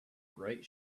bright